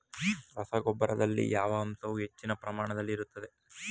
ರಸಗೊಬ್ಬರದಲ್ಲಿ ಯಾವ ಅಂಶವು ಹೆಚ್ಚಿನ ಪ್ರಮಾಣದಲ್ಲಿ ಇರುತ್ತದೆ?